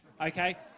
Okay